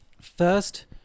First